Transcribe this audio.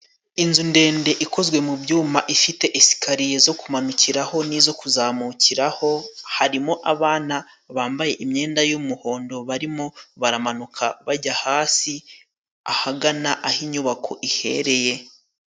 Inzu ndende ikozwe mu byuma ifite Esikariye zo kumanukiraho n'izo kuzamukiraho, harimo abana bambaye imyenda y'umuhondo, barimo baramanuka bajya hasi ahagana aho inyubako iherereye.